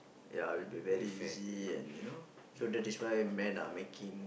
ya it will be very easy and you know so that is why man are making